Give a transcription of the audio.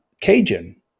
Cajun